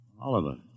Oliver